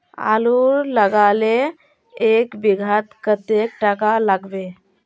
आलूर लगाले एक बिघात कतेक टका लागबे?